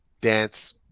dance